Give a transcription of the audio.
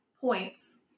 points